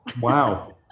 Wow